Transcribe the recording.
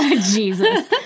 Jesus